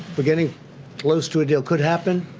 we're getting close to a deal could happen.